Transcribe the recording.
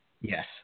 yes